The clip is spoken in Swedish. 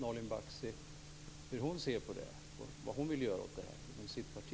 Hur ser Nalin Baksi på sådant här och vad vill hon göra åt det inom sitt parti?